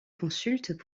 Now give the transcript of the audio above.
consultent